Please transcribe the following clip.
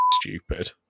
stupid